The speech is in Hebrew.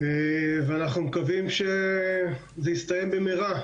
ואנחנו מקווים שזה יסתיים במהרה,